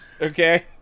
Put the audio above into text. Okay